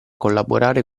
collaborare